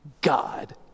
God